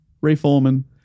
reforming